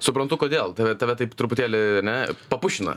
suprantu kodėl tave tave taip truputėlį ane papušina